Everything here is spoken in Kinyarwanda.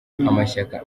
amashyaka